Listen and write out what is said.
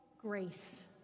Grace